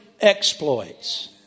exploits